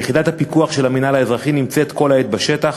יחידת הפיקוח של המינהל האזרחי נמצאת כל העת בשטח,